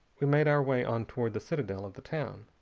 we made our way on toward the citadel of the town,